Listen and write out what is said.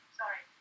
sorry